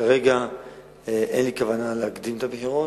כרגע אין לי כוונה להקדים את הבחירות.